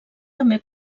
també